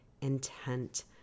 intent